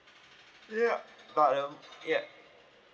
yup but um yup